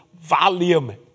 Volume